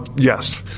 yes.